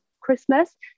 Christmas